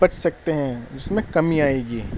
بچ سکتے ہیں اس میں کمی آئے گی